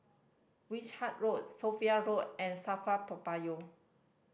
Wishart Road Sophia Road and SAFRA Toa Payoh